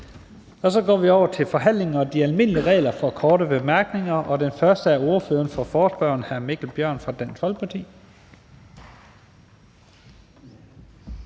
Så går vi over til forhandlingen og de almindelige regler for korte bemærkninger. Den første på talerstolen er ordføreren for forespørgerne, hr. Mikkel Bjørn fra Dansk Folkeparti.